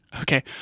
Okay